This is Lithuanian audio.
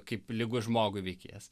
kaip lygus žmogui veikėjas